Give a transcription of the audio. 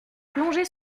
plongée